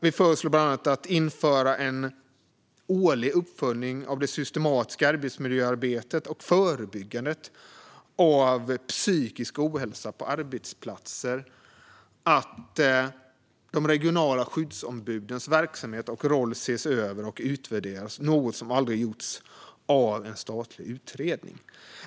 Vi föreslår att man ska införa en årlig uppföljning av det systematiska arbetsmiljöarbetet och förebyggandet av psykisk ohälsa på arbetsplatser. Vi föreslår att de regionala skyddsombudens verksamhet och roll ska ses över och utvärderas, något som aldrig gjorts, av en statlig utredning.